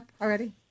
already